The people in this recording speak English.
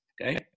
Okay